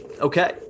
Okay